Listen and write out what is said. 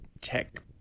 tech